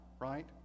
right